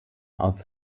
auf